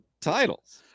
titles